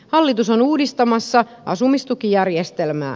hallitus on uudistamassa asumistukijärjestelmää